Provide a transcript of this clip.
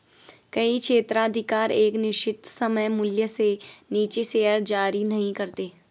कई क्षेत्राधिकार एक निश्चित सममूल्य से नीचे शेयर जारी नहीं करते हैं